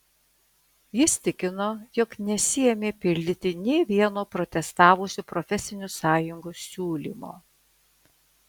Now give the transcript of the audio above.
jis tikino jog nesiėmė pildyti nė vieno protestavusių profesinių sąjungų siūlymo